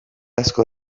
asko